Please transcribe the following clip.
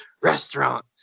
restaurant